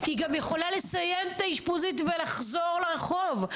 היא גם יכולה לסיים את האשפוזית ולחזור לרחוב.